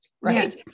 right